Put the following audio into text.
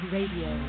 Radio